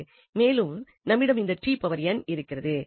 மேலும் நம்மிடம் இந்த இருக்கிறது